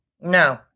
No